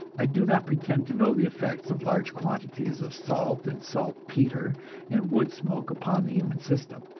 i do not pretend to know the effects of large quantities of salt and saltpetre and wood smoke upon the human system,